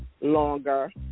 longer